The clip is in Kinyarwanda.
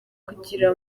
kugira